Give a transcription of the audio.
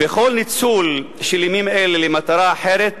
וכל ניצול של ימים אלה למטרה אחרת